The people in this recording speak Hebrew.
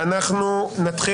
נתחיל